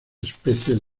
especies